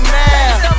now